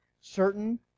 certain